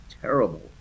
terrible